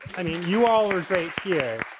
i mean, you all are great here.